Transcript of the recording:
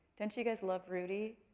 don't you guys love rudy?